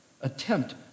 attempt